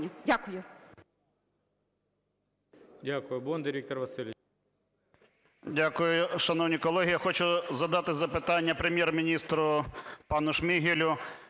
Дякую.